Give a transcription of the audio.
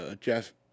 Jeff